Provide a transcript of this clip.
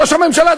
ראש הממשלה,